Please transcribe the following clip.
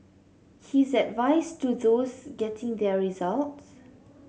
his advice to those getting their results